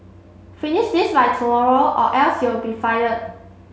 finish this by tomorrow or else you'll be fired